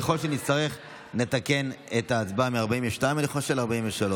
ככל שנצטרך, נתקן את התוצאה מ-42 ל-43.